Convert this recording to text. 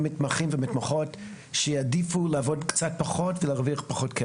השעות ואיכשהו המתמחים גם הסכימו לעבוד במשכורת שהיא מופחתת